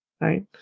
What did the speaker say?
right